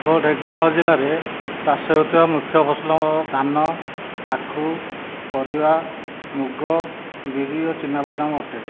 ମୁଁ ଢେଙ୍କାନାଳ ଜିଲ୍ଲା ରେ ଚାଷ ହେଉଥିବା ମୂଖ୍ୟ ଫସଲ ଧାନ ଆଖୁ ପରିବା ମୁଗ ବିରି ଓ ଚୀନା ବାଦାମ ଅଟେ